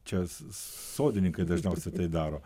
čia sodininkai dažniausiai tai daro